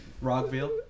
Rockville